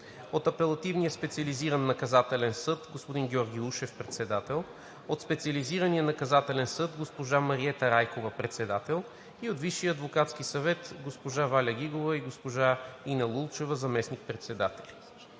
от Апелативния специализиран наказателен съд: господин Георги Ушев – председател; от Специализирания наказателен съд: госпожа Мариета Райкова – председател, и от Висшия адвокатски съвет: госпожа Валя Гигова и госпожа Ина Лулчева – заместник-председатели.